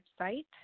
website